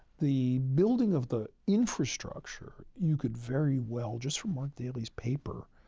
the building of the infrastructure you could, very well, just from mark daly's paper,